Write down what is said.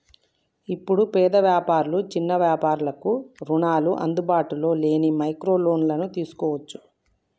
ఇప్పుడు పేద వ్యాపారులు చిన్న వ్యాపారులకు రుణాలు అందుబాటులో లేని మైక్రో లోన్లను తీసుకోవచ్చు